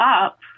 up